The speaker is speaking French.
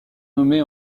nommée